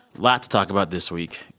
lot to talk about this week.